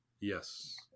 Yes